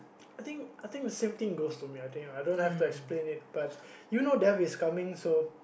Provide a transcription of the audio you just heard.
I think I think the same thing goes to me I think I don't have to explain it but you know death is coming so